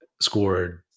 scored